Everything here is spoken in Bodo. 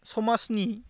समाजनि